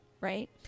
right